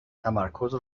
تمرکز